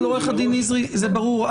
עורך הדין נזרי, זה ברור.